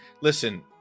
listen